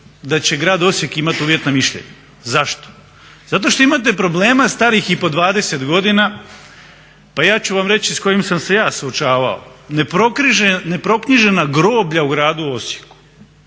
da će grad Osijek imati uvjetna mišljenja. Zašto? Zato što imate problema starih i po 20 godina. Pa ja ću vam reći sa kojim sam se ja suočavao. Neproknjižena groblja u gradu Osijeku,